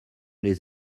les